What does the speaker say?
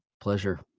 pleasure